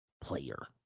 player